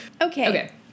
Okay